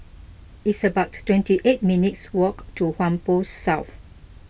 it's about twenty eight minutes' walk to Whampoa South